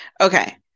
Okay